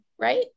right